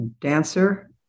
dancer